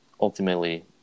ultimately